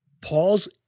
Paul's